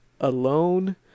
alone